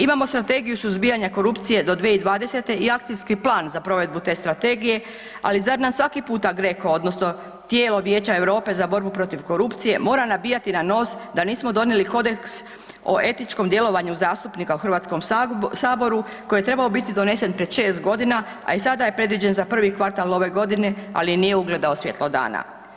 Imamo Strategiju suzbijanja korupcije do 2020. i Akcijski plan za provedbu te strategije, ali zar nam svaki puta GRECO odnosno tijelo Vijeća Europe za borbu protiv korupcije mora nabijati na nos da nismo donijeli kodeks o etičkom djelovanju zastupnika u HS-u koji je trebao biti donesen pred 6 godina, a i sada je predviđen za prvi kvartal ove godine ali nije ugledao svjetlo dana.